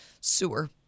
sewer